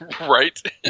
right